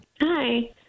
Hi